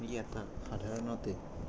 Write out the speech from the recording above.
এটা সাধাৰণতে